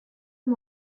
amb